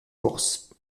course